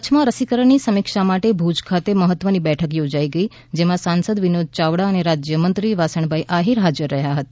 કચ્છમાં રસીકરણની સમિક્ષા માટે ભુજ ખાતે મહત્વની બેઠક યોજાઈ ગઈ જેમાં સાંસદ વિનોદ યાવડા અને રાજ્ય મંત્રી વાસણભાઈ આહિર હાજર રહ્યા હતા